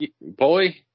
boy